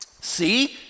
See